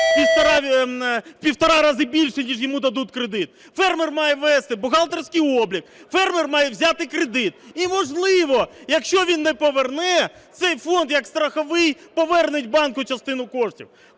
в півтора рази більше ніж йому дадуть кредит, фермер має вести бухгалтерський облік, фермер має взяти кредит і, можливо, якщо він не поверне, цей фонд як страховий поверне банку частину коштів.